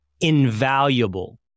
invaluable